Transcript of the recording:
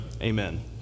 Amen